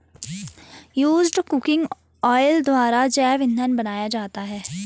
used cooking oil द्वारा जैव इंधन बनाया जाता है